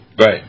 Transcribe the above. Right